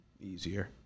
easier